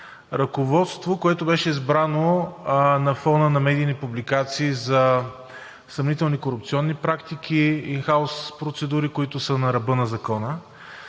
Ръководство, което беше избрано на фона на медийни публикации за съмнителни корупционни практики, инхаус процедури, които са на ръба на закона.